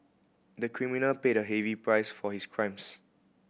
the criminal paid a heavy price for his crimes